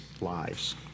lives